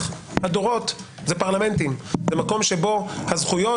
הדורות זה פרלמנטים במקום שבו הזכויות